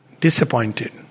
disappointed